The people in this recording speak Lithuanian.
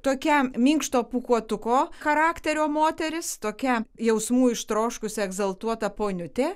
tokiam minkšto pūkuotuko charakterio moteris tokia jausmų ištroškusi egzaltuota poniutė